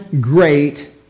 great